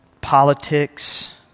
politics